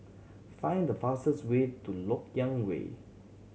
find the fastest way to Lok Yang Way